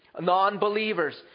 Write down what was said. Non-believers